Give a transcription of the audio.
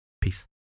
Peace